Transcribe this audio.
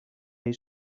ells